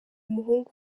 umuhungu